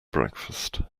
breakfast